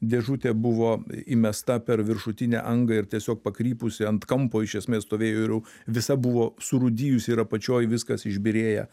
dėžutė buvo įmesta per viršutinę angą ir tiesiog pakrypusi ant kampo iš esmės stovėjo ir jau visa buvo surūdijusi ir apačioj viskas išbyrėję